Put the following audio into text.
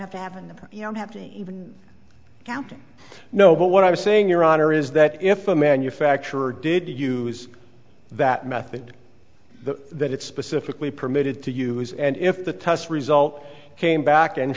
have to have and you don't have to even go to know what i was saying your honor is that if a manufacturer did use that method that that it specifically permitted to use and if the test result came back and